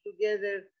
together